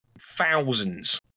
Thousands